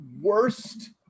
worst